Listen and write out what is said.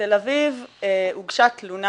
בתל אביב הוגשה תלונה